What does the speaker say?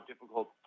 difficult